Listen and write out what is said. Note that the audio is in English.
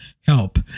help